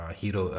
hero